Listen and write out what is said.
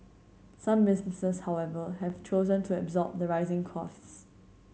some businesses however have chosen to absorb the rising costs